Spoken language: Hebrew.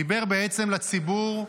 דיבר בעצם לציבור,